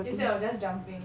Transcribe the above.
instead of just jumping